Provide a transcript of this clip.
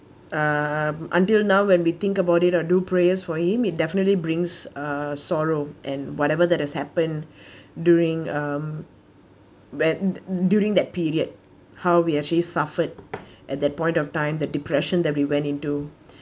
um until now when we think about it or do prayers for him it definitely brings uh sorrow and whatever that has happen during m bat~ during that period how we actually suffered at that point of time that depression that we went into